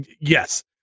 yes